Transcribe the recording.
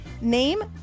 Name